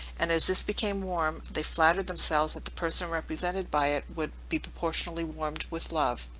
and as this became warm, they flattered themselves that the person represented by it would be proportionally warmed with love.